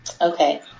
Okay